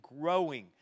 growing